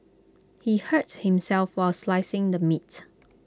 he hurts himself while slicing the meat